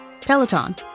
Peloton